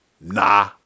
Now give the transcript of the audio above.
Nah